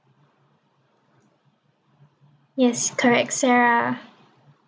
yes correct sarah